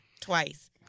twice